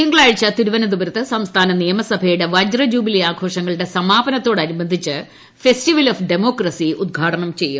തിങ്കളാഴ്ച തിരുവനന്ത്പുരത്ത് സംസ്ഥാന നിയമസഭയുടെ വജ്രജൂബിലി ആഘോഷങ്ങളുടെ സമാപനത്തോടനുബന്ധിച്ച് ഫെസ്റ്റിവൽ ഓഫ് ഡമോക്രസി ഉദ്ഘാടനം ചെയ്യും